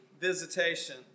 visitation